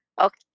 okay